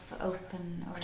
open